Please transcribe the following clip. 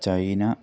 China